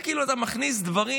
אתה כאילו מכניס דברים,